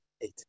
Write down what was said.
eight